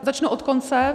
Začnu od konce.